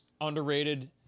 underrated